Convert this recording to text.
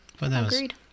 Agreed